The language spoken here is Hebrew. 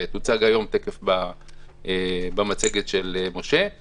שתוצג היום תכף במצגת של משה;